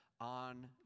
on